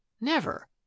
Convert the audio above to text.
Never